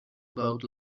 about